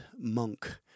monk